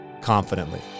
confidently